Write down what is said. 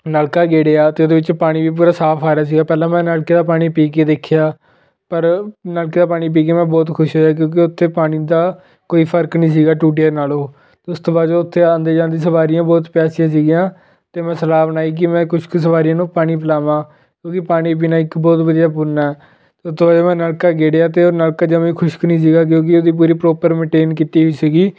ਨਲਕਾ ਗੇੜਿਆ ਅਤੇ ਉਹਦੇ ਵਿੱਚ ਪਾਣੀ ਵੀ ਪੂਰਾ ਸਾਫ਼ ਆ ਰਿਹਾ ਸੀਗਾ ਪਹਿਲਾਂ ਮੈਂ ਨਲਕੇ ਦਾ ਪਾਣੀ ਪੀ ਕੇ ਦੇਖਿਆ ਪਰ ਨਲਕੇ ਦਾ ਪਾਣੀ ਪੀ ਕੇ ਮੈਂ ਬਹੁਤ ਖੁਸ਼ ਹੋਇਆ ਕਿਉਂਕਿ ਉੱਥੇ ਪਾਣੀ ਦਾ ਕੋਈ ਫਰਕ ਨਹੀਂ ਸੀਗਾ ਟੂਟੀਆਂ ਨਾਲੋਂ ਅਤੇ ਉਸ ਤੋਂ ਬਾਅਦ ਜਦੋਂ ਉੱਥੇ ਆਉਂਦੇ ਜਾਂਦੇ ਸਵਾਰੀਆਂ ਬਹੁਤ ਪਿਆਸੀਆਂ ਸੀਗੀਆਂ ਅਤੇ ਮੈਂ ਸਲਾਹ ਬਣਾਈ ਕਿ ਮੈਂ ਕੁਛ ਕੁ ਸਵਾਰੀਆਂ ਨੂੰ ਪਾਣੀ ਪਿਲਾਵਾਂ ਕਿਉਂਕਿ ਪਾਣੀ ਪੀਣਾ ਇੱਕ ਬਹੁਤ ਵਧੀਆ ਪੁੰਨ ਆ ਅਤੇ ਉਹ ਤੋਂ ਬਾਅਦ ਮੈਂ ਨਲਕਾ ਗੇੜਿਆ ਅਤੇ ਉਹ ਨਲਕਾ ਜਮੀਂ ਖੁਸ਼ਕ ਨਹੀਂ ਸੀਗਾ ਕਿਉਂਕਿ ਉਹਦੀ ਪੂਰੀ ਪ੍ਰੋਪਰ ਮੇਨਟੇਨ ਕੀਤੀ ਹੋਈ ਸੀਗੀ